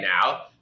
now